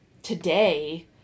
Today